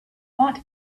want